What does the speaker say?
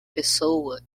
pessoa